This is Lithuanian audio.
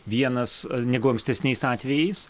vienas negu ankstesniais atvejais